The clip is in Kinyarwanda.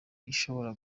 ishobora